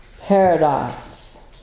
Paradise